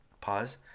Pause